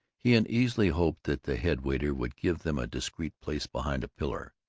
he uneasily hoped that the head-waiter would give them a discreet place behind a pillar,